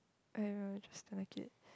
I don't know I just don't like it